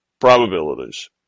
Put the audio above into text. probabilities